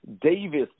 Davis